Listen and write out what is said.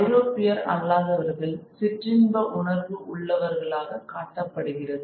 ஐரோப்பியர் அல்லாதவர்கள் சிற்றின்ப உணர்வு உள்ளவர்களாக காட்டப்படுகிறது